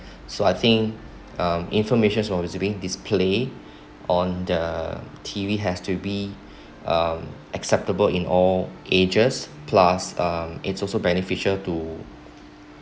so I think um information while receiving display on the T_V has to be um acceptable in all ages plus um it's also beneficial to